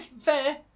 fair